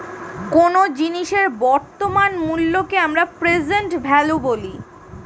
কোনো জিনিসের বর্তমান মূল্যকে আমরা প্রেসেন্ট ভ্যালু বলি